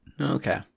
Okay